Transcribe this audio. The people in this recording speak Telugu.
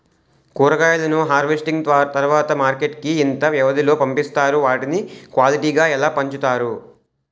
కూరగాయలను హార్వెస్టింగ్ తర్వాత మార్కెట్ కి ఇంత వ్యవది లొ పంపిస్తారు? వాటిని క్వాలిటీ గా ఎలా వుంచుతారు?